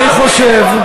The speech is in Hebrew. אני חושב,